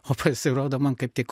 o pasirodo man kaip tik